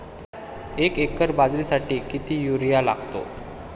एक एकर बाजरीसाठी किती युरिया लागतो?